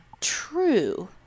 True